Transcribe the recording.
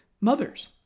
mothers